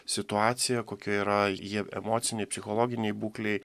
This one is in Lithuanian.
situaciją kokia yra jie emocinėj psichologinėj būklėj